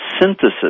synthesis